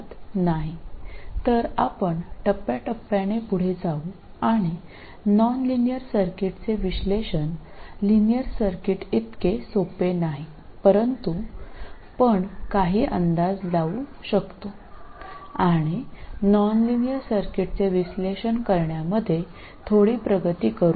അതിനാൽ ഞങ്ങൾ ഘട്ടം ഘട്ടമായി പോകും ലീനിയർ സർക്യൂട്ടുകളുടെ വിശകലനം ലീനിയർ സർക്യൂട്ടുകൾ പോലെ എളുപ്പമല്ല പക്ഷേ നമുക്ക് ചില ഏകദേശങ്ങൾ നടത്താനും നോൺലീനിയർ സർക്യൂട്ടുകൾ വിശകലനം ചെയ്യുന്നതിലൂടെ കുറച്ച് പുരോഗതി നേടാനും കഴിയും